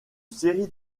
série